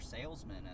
salesmen